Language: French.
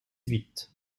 huit